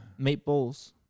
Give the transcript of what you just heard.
Meatballs